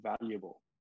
valuable